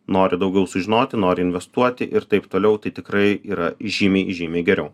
nori daugiau sužinoti nori investuoti ir taip toliau tai tikrai yra žymiai žymiai geriau